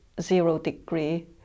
zero-degree